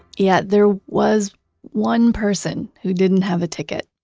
yeah. there was one person who didn't have a ticket.